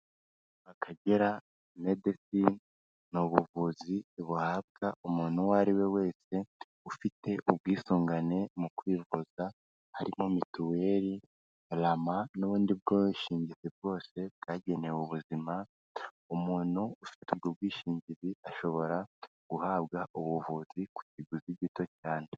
Akagera medesine ni ubuvuzi buhabwa umuntu uwo ari we wese ufite ubwisungane mu kwivuza harimo mituweli, Rama n'ubundi bwishingizi bwose bwagenewe ubuzima, umuntu ufite ubwo ubwishingizi ashobora guhabwa ubuvuzi ku kiguzi gito cyane.